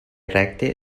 recte